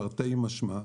תרתי משמע,